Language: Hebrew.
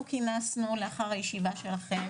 אנחנו לאחר הישיבה שלכם,